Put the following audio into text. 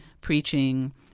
preaching